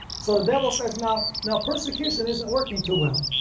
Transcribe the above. so the devil says now now persecution isn't working too well,